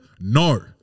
no